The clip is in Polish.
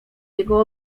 jego